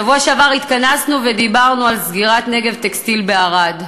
בשבוע שעבר התכנסנו ודיברנו על סגירת "תעשיות טקסטיל" בערד.